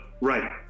right